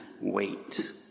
wait